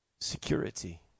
security